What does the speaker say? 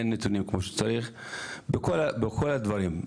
אין נתונים כמו שצריך בכל הדברים,